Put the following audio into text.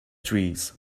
trees